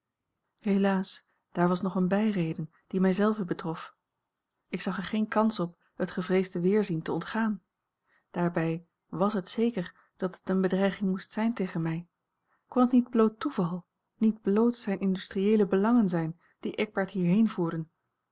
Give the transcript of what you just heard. helaas daar was nog een bijreden die mij zelve betrof ik zag er geen kans op het gevreesde weerzien te ontgaan daarbij was het zeker dat het eene bedreiging moest zijn tegen mij kon het niet bloot toeval niet bloot zijne industrieele belangen zijn die eckbert hierheen voerden